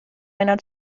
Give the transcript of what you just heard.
einer